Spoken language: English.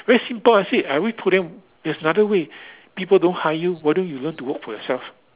very simple I said I always told them there's another way people don't hire you why don't you learn to work for yourself